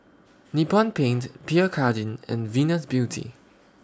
Nippon Paint Pierre Cardin and Venus Beauty